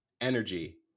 energy